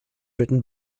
written